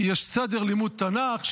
יש סדר לימוד תנ"ך,